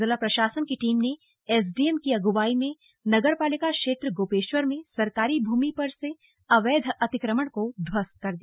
जिला प्रशासन की टीम ने एसडीएम की अगुवाई में नगर पालिका क्षेत्र गोपेश्वर में सरकारी भूमि पर से अवैध अतिक्रमण को ध्वस्त कर दिया